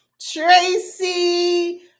Tracy